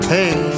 Hey